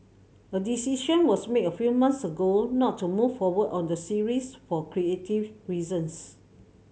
a decision was made a few months ago not to move forward on the series for creative reasons